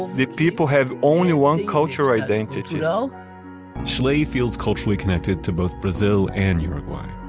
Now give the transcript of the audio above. the people have only one culture identity. you know schlee feels culturally connected to both brazil and uruguay,